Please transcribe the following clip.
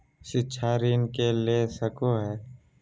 शिक्षा ऋण के ले सको है?